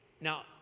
Now